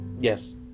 Yes